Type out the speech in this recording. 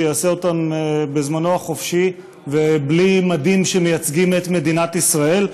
שיעשה אותן בזמנו החופשי ובלי מדים שמייצגים את מדינת ישראל.